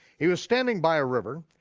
he was standing by a river,